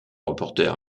reporter